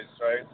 right